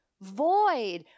Void